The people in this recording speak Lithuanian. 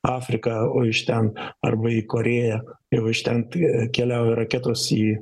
afriką o iš ten arba į korėją jau iš ten keliauja raketos į